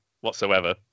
whatsoever